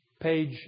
page